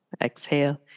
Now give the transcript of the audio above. Exhale